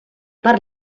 per